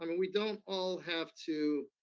i mean we don't all have to